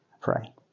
pray